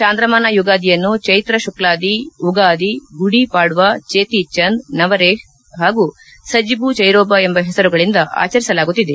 ಚಾಂದ್ರಮಾನ ಯುಗಾದಿಯನ್ನು ಜೈತ್ರ ಶುಕ್ಷಾದಿ ಉಗಾದಿ ಗುಡಿ ಪಾಡ್ಡಾ ಚೇತಿ ಚಂದ್ ನವ್ರೇಪ್ ಮಾಗೂ ಸಜಿಬು ಚೈರೋಬ ಎಂಬ ಹೆಸರುಗಳಿಂದ ಆಚರಿಸಲಾಗುತ್ತಿದೆ